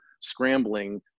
scrambling